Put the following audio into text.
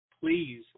please